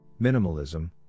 Minimalism